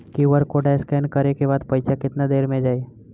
QR code scan न करे क बाद पइसा केतना देर म जाई?